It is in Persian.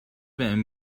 بهم